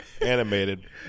animated